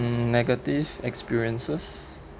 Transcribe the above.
mm negative experiences